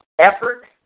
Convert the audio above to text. effort